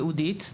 ייעודית,